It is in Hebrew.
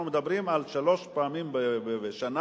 אנחנו מדברים על שלוש פעמים בשנה